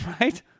right